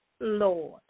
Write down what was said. Lord